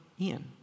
Ian